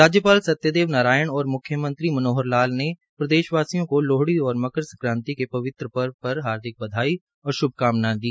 राज्यपाल सत्यदेव नारायण और मुख्यमंत्री मनोहर लाल ने प्रदेशवासियों को लोहड़ी और मकर संक्रांति के पवित्र पर्व पर हार्दिक बधाई और श्भकामनायें दी